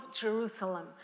Jerusalem